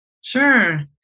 Sure